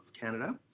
Canada